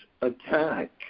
attack